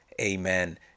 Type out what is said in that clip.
amen